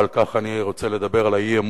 ועל כך אני רוצה לדבר, על האי-אמון.